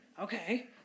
okay